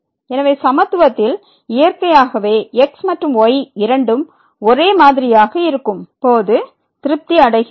எனவே சமத்துவத்தில் இயற்கையாகவே x மற்றும் y இரண்டும் ஒரே மாதிரியாக இருக்கும் போது திருப்திஅடைகிறது